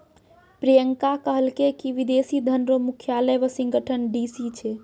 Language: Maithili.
प्रियंका कहलकै की विदेशी धन रो मुख्यालय वाशिंगटन डी.सी छै